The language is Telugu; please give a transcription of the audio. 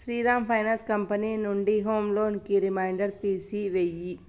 శ్రీరామ్ ఫైనాన్స్ కంపెనీ నుండి హోమ్ లోన్కి రిమైండర్ తీసి వేయి